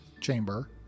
chamber